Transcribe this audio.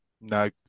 No